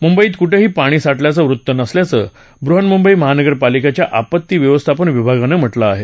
मुंबईत कुठेही पाणी साठल्याचं वृत्त नसल्याचं बृहन्मुंबई महानगरपालिकेच्या आपत्ती व्यवस्थापन विभागानं म्हटलं आहे